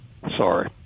Sorry